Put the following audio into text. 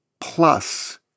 plus